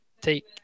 take